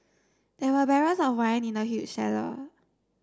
there were barrels of wine in the huge cellar